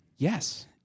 Yes